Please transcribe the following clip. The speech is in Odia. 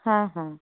ହଁ ହଁ